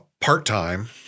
part-time